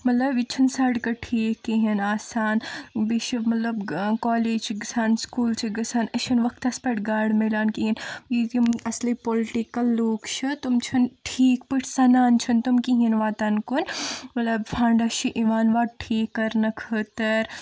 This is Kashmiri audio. مطلب ییٚتہِ چھنہٕ سڑکہٕ ٹھیٖک کہیٖنۍ آسان بیٚیہِ چھِ مطلب کولیج چھِ گژھان سکوٗل چھِ گژھان اسہِ چھنہٕ وقتس پٮ۪ٹھ گاڑٕ مِلان کِہیٖنۍ یِم اصلی پُلٹِکل لوٗکھ چھِ تم چھِنہٕ ٹھیٖک پٲٹھۍ سنان چھِنہٕ تم کِہیٖنۍ وتن کُن مطلب فنڈٕس چھِ یِوان وتہٕ تھیٖک کرنہٕ خٲطرٕ